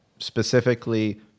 Specifically